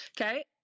okay